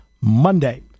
Monday